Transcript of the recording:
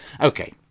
Okay